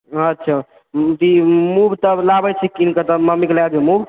अच्छा मूँग तब लाबै छी कीनकऽ तब मम्मी के खिला देबै मूँग